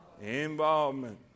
involvement